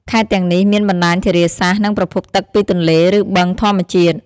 ខេត្តទាំងនេះ មានបណ្តាញធារាសាស្ត្រ និងប្រភពទឹកពីទន្លេ ឬបឹងធម្មជាតិ។